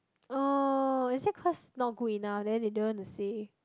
oh is it cause not good enough then they don't want to say